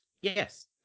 Yes